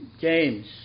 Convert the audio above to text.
James